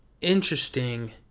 interesting